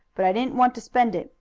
but i didn't want to spend it.